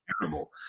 terrible